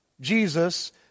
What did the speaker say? Jesus